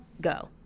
go